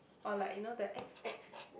or like you know the X_X